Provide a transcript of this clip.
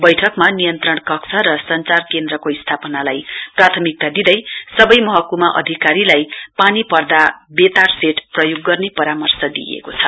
बैठकमा नियन्त्रण कक्ष र संचार केन्द्रको स्थापनालाई प्राथमिकता दिँदै सबै महकुमा अधिकारीलाई पानी पर्दा वेतार सेट प्रयोग गर्ने परामर्श दिइएको छ